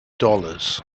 dollars